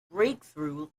breakthrough